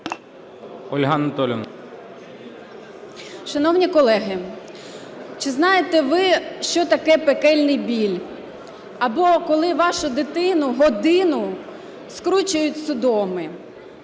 О.А. Шановні колеги, чи знаєте ви, що таке пекельний біль, або коли вашу дитину годину скручують судоми?